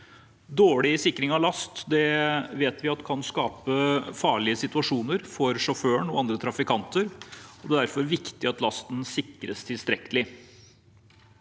Dårlig sikring av last vet vi kan skape farlige situasjoner for sjåføren og andre trafikanter, og det er derfor viktig at lasten sikres tilstrekkelig.